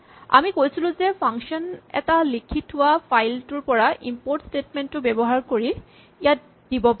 আমি কৈছিলো যে আমি ফাংচন এটা লিখি থোৱা ফাইলটোৰ পৰা ইমপৰ্ট স্টেটমেন্ট ব্যৱহাৰ কৰি ইয়াত দিব পাৰিম